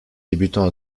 débutant